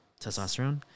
Testosterone